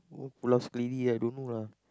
pulau sendiri I don't know lah